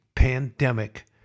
pandemic